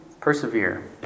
persevere